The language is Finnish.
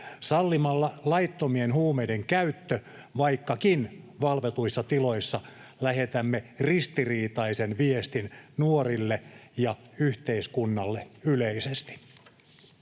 Sallimalla laittomien huumeiden käytön, vaikkakin valvotuissa tiloissa, lähetämme ristiriitaisen viestin nuorille ja yhteiskunnalle yleisesti.